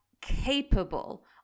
capable